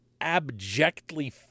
abjectly